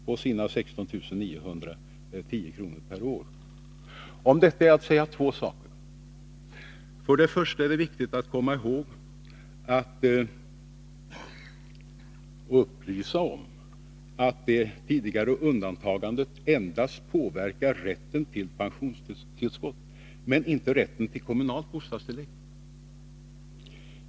på sina 16 910 kr. per år. Om detta är att säga två saker. För det första är det viktigt att komma ihåg och att upplysa om att det tidigare undantagandet endast påverkar rätten till pensionstillskott men inte rätten till kommunalt bostadstillägg.